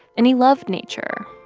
and he loved nature.